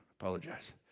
Apologize